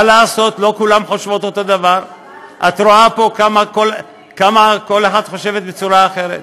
את לא יכולה לדבר בשם ציבור אחר.